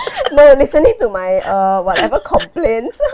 no no listening to my err whatever complaints